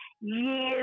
years